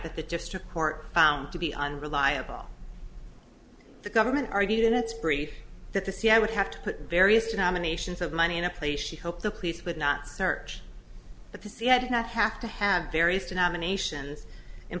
that the district court found to be unreliable the government argued in its brief that the c i would have to put various denominations of money in a place she hoped the police would not search but to see i did not have to have various denominations